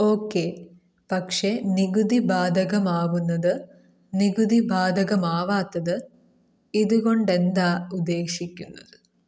okay പക്ഷെ നികുതി ബാധകമാവുന്നത് നികുതി ബാധകമാവാത്തത് ഇത് കൊണ്ട് എന്താ ഉദ്ദേശിക്കുന്നത്